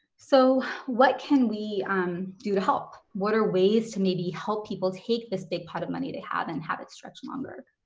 so what can we um do to help? what are ways to maybe help people take this big pot of money they have and have it stretch longer?